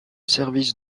service